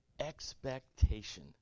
expectation